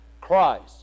Christ